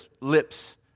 lips